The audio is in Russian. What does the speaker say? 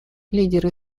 лидеры